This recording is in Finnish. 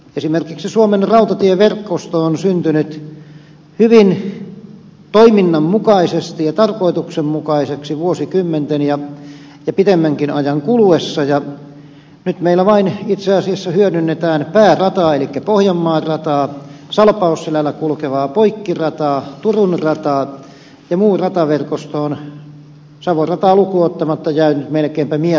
esimerkiksi suomen rautatieverkosto on syntynyt hyvin toiminnan mukaisesti ja tarkoituksenmukaiseksi vuosikymmenten ja pitemmänkin ajan kuluessa ja nyt meillä vain itse asiassa hyödynnetään päärataa elikkä pohjanmaan rataa salpausselällä kulkevaa poikkirataa turun rataa ja muu rataverkosto on savon rataa lukuun ottamatta jäänyt melkeinpä mieron tielle